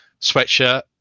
sweatshirt